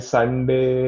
Sunday